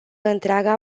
întreaga